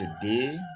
today